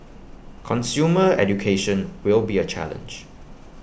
consumer education will be A challenge